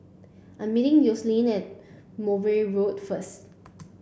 I'm meeting Yoselin at Mowbray Road first